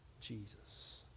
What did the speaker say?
Jesus